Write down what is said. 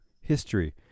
history